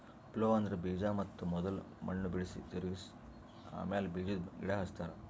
plough ಅಂದ್ರ ಬೀಜಾ ಬಿತ್ತ ಮೊದುಲ್ ಮಣ್ಣ್ ಬಿಡುಸಿ, ತಿರುಗಿಸ ಆಮ್ಯಾಲ ಬೀಜಾದ್ ಗಿಡ ಹಚ್ತಾರ